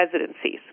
residencies